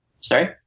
Sorry